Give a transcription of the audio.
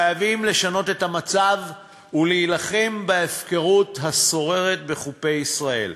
חייבים לשנות את המצב ולהילחם בהפקרות השוררת בחופי ישראל.